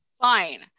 fine